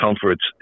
comforts